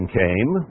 came